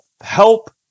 help